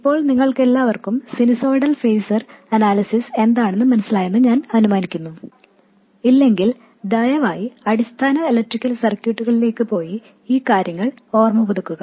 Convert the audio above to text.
ഇപ്പോൾ നിങ്ങൾക്കെല്ലാവർക്കും sinusoidal phasor analysis എന്താണെന്ന് മനസിലായെന്ന് ഞാൻ അനുമാനിക്കുന്നു ഇല്ലെങ്കിൽ ദയവായി ബേസിക് ഇലക്ട്രിക്കൽ സർക്യൂട്ടുകളിലേക്ക് പോയി ഈ അടിസ്ഥാന കാര്യങ്ങൾ ഓർമ്മ പുതുക്കുക